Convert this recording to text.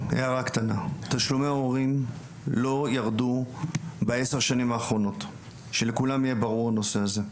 תשלומי הורים לא ירדו ב-10 השנים האחרונות שלכולם יהיה ברור הנושא הזה,